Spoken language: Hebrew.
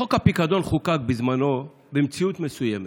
חוק הפיקדון חוקק בזמנו במציאות מסוימת,